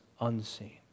unseen